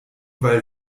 weil